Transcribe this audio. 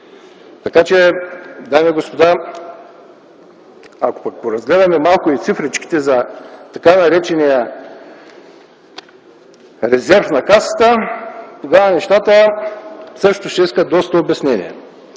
бъркам. Дами и господа, ако поразгледаме малко и цифрите за така наречения резерв на Касата, тогава нещата също ще искат доста обяснение.